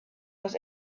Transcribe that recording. was